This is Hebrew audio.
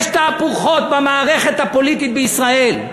יש תהפוכות במערכת הפוליטית בישראל.